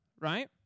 right